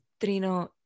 Trino